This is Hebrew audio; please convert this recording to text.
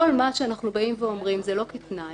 כל מה שאנחנו באים ואומרים זה לא כתנאי,